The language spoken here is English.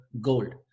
gold